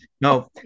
No